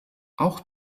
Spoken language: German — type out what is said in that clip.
auch